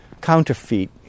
counterfeit